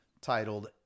titled